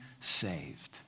saved